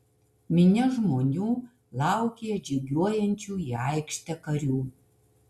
minia žmonių laukė atžygiuojančių į aikštę karių